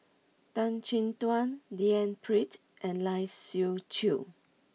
Tan Chin Tuan D N Pritt and Lai Siu Chiu